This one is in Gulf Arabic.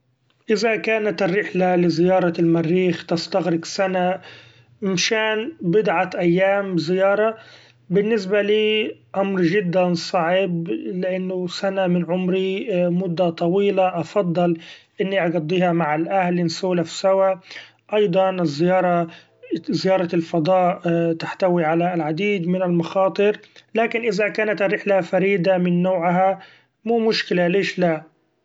إذا كانت الرحلة لزيارة المريخ تستغرق سنة مشان بضعة أيام زيارة ، بالنسبة لي أمر جدا صعب لأنو سنة من عمري مدة طويلة أفضل اني أقضيها مع الأهل نسولف سوي ، أيضا الزيارة زيارة الفضاء تحتوي علي العديد من المخاطر ، لكن إذا كانت الرحلة فريدة من نوعها مو مشكلة ليش لا.